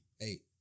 Eight